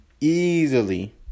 easily